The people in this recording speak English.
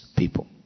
people